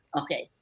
okay